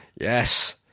Yes